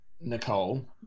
Nicole